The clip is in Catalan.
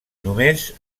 només